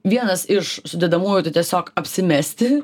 vienas iš sudedamųjų tai tiesiog apsimesti